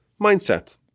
mindset